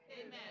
amen